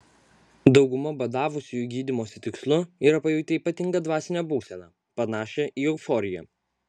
dauguma badavusiųjų gydymosi tikslu yra pajutę ypatingą dvasinę būseną panašią į euforiją